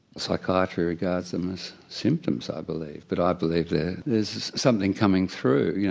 psychiatry regards them as symptoms i believe, but i believe there is something coming through,